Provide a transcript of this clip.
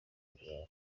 bararwana